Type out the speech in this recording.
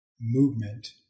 movement